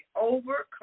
overcome